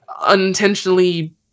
unintentionally